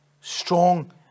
strong